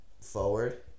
forward